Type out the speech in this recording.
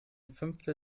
fünftel